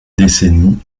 décennie